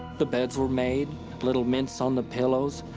the beds were made little mints on the pillows.